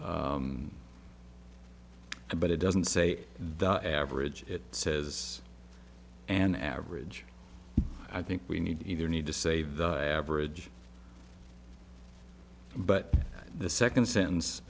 but it doesn't say the average it says an average i think we need to either need to save the average but the second sentence